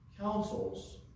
councils